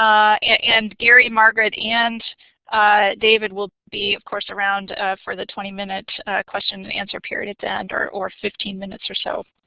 um and gary, margaret, and david will be of course around for the twenty minute question-and-answer period at the end or or fifteen minutes or so.